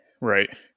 Right